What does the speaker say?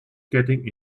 getting